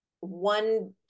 one